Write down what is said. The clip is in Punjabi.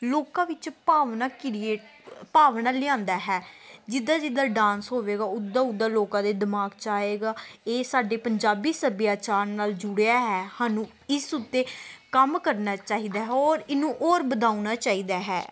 ਲੋਕਾਂ ਵਿੱਚ ਭਾਵਨਾ ਕ੍ਰੀਏਟ ਭਾਵਨਾ ਲਿਆਉਂਦਾ ਹੈ ਜਿੱਦਾਂ ਜਿੱਦਾਂ ਡਾਂਸ ਹੋਵੇਗਾ ਉੱਦਾਂ ਉੱਦਾਂ ਲੋਕਾਂ ਦੇ ਦਿਮਾਗ 'ਚ ਆਏਗਾ ਇਹ ਸਾਡੇ ਪੰਜਾਬੀ ਸੱਭਿਆਚਾਰ ਨਾਲ ਜੁੜਿਆ ਹੈ ਸਾਨੂੰ ਇਸ ਉੱਤੇ ਕੰਮ ਕਰਨਾ ਚਾਹੀਦਾ ਹੈ ਔਰ ਇਹਨੂੰ ਔਰ ਵਧਾਉਣਾ ਚਾਹੀਦਾ ਹੈ